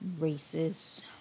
racist